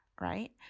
right